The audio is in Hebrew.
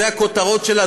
זה הכותרות שלה,